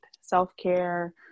self-care